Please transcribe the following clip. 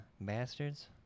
Bastards